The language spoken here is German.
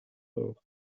dorf